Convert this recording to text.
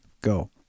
Go